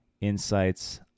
insights